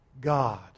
God